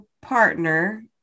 partner